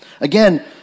Again